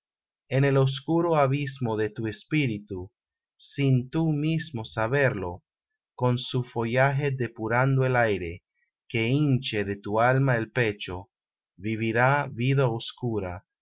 en el oscuro abismo de tu espíritu sin tú mismo saberlo con su follaje depurando el aire que hinche de tu alma el pecho vivirá vida oscura